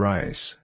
Rice